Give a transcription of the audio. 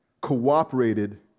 cooperated